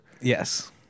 Yes